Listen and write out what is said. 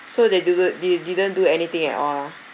so they didn't they didn't do anything at all lah